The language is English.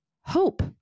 hope